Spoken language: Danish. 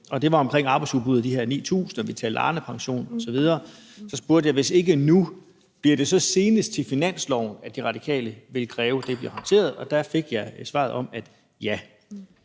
og det var om arbejdsudbuddet og de her 9.000, og vi talte Arnepension osv. Og så spurgte jeg: Hvis ikke nu, bliver det så senest til finansloven, at De Radikale vil kræve, at det bliver håndteret? Og der fik jeg svaret ja.